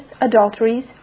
adulteries